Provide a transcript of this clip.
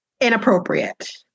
inappropriate